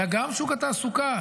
וגם שוק התעסוקה,